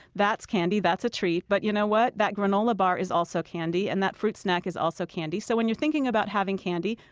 that's candy. that's a treat. but you know what? that granola bar is also candy, and that fruit snack is also candy. so when you're thinking about having candy,